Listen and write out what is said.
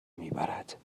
میبرد